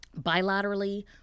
bilaterally